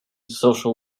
social